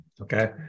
okay